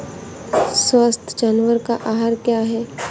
स्वस्थ जानवर का आहार क्या है?